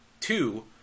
Two